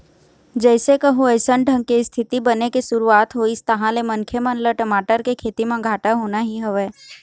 जइसे कहूँ अइसन ढंग के इस्थिति बने के शुरुवात होइस तहाँ ले मनखे मन ल टमाटर के खेती म घाटा होना ही हवय